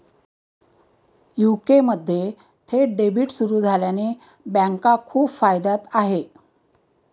UK मध्ये थेट debit सुरू झाल्याने बँका खूप फायद्यात आहे